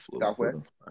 Southwest